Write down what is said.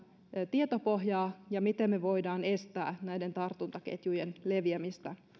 tietopohjaa tästä taudinkuvasta ja miten me voimme estää näiden tartuntaketjujen leviämistä